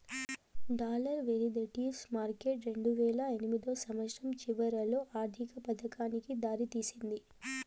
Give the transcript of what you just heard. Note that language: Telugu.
డాలర్ వెరీదేటివ్స్ మార్కెట్ రెండువేల ఎనిమిదో సంవచ్చరం చివరిలో ఆర్థిక పతనానికి దారి తీసింది